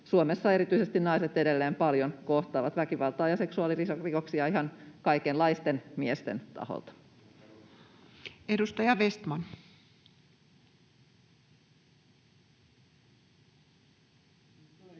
Suomessa erityisesti naiset edelleen paljon kohtaavat: väkivaltaa ja seksuaalirikoksia ihan kaikenlaisten miesten taholta. [Speech 247]